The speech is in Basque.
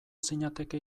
zinateke